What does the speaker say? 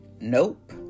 Nope